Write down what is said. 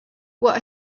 what